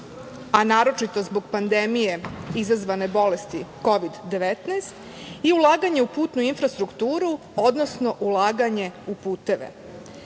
a naročito zbog pandemije izazvane bolesti Kovid19, i ulaganje u putnu infrastrukturu, odnosno ulaganje u